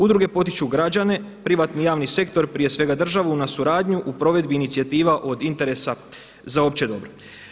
Udruge potiču građane, privatni i javni sektor prije svega državu na suradnju u provedbi inicijativa od interesa za opće dobro.